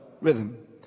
rhythm